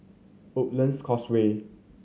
Woodlands Causeway